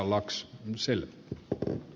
arvoisa herra puhemies